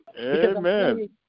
Amen